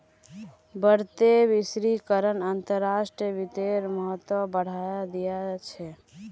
बढ़ते वैश्वीकरण अंतर्राष्ट्रीय वित्तेर महत्व बढ़ाय दिया छे